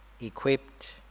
equipped